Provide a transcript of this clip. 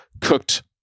cooked